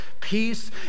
peace